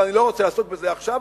אבל אני לא רוצה לעסוק בזה עכשיו,